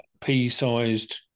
pea-sized